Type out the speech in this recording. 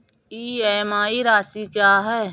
EMI राशि क्या है?